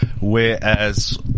Whereas